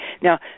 Now